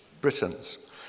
Britons